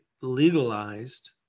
legalized